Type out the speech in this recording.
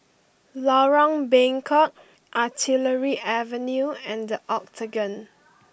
Lorong Bengkok Artillery Avenue and The Octagon